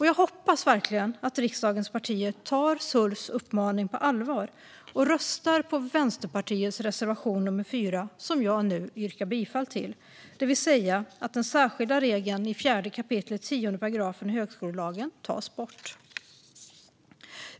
Jag hoppas verkligen att riksdagens partier tar Sulfs uppmaning på allvar och röstar på Vänsterpartiets reservation, nummer 4, som jag nu yrkar bifall till, det vill säga att den särskilda regeln i 4 kap. 10 § högskolelagen tas bort.